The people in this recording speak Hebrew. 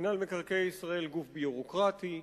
מינהל מקרקעי ישראל גוף ביורוקרטי,